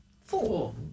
Four